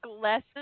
lessons